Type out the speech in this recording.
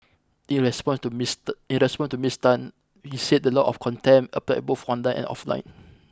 in response to Ms in response to Ms Tan he said the law of contempt applied both online and offline